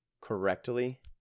correctly